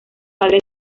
padre